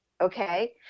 okay